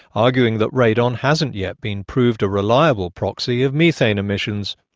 arguing that radon hasn't yet been proved a reliable proxy of methane emissions.